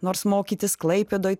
nors mokytis klaipėdoj